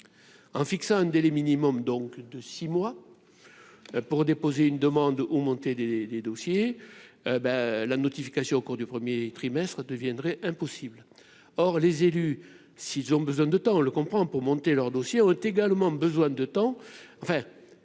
en fixant un délai minimum donc de 6 mois pour déposer une demande, monter des des dossiers bah la notification au cours du 1er trimestre deviendrait impossible, or les élus s'ils ont besoin de temps, on le comprend, pour monter leurs dossiers ont également besoin de temps,